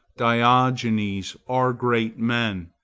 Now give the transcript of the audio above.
diogenes, are great men,